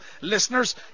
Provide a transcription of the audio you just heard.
listeners